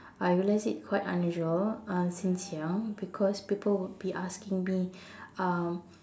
I realized it's quite unusual uh since young because people would be asking me um